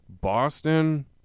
Boston